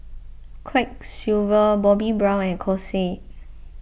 Quiksilver Bobbi Brown and Kose